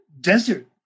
desert